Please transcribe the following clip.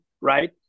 right